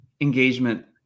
engagement